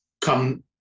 come